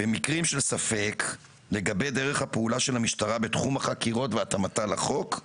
במקרים של ספק לגבי דרך הפעולה של המשטרה בתחום החקירות והתאמתה לחוק,